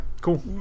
cool